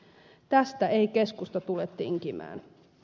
tästä ei keskusta tule tinkimään